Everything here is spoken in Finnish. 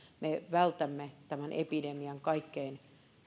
me vältämme tämän epidemian kaikkein